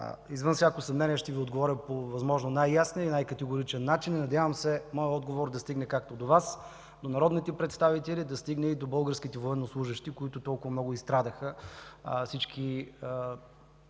извън всяко съмнение ще Ви отговоря по възможно най-ясния и най-категоричен начин. Надявам се моят отговор да стигне както до Вас, до народните представители, така и до българските военнослужещи, които толкова много изстрадаха всички